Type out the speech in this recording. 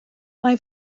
mae